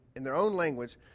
language